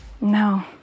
No